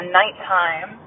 nighttime